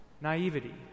naivety